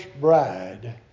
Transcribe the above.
bride